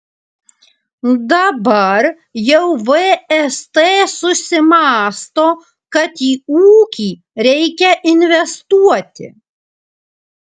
dabar jau vst susimąsto kad į ūkį reikia investuoti